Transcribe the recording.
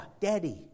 Daddy